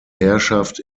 herrschaft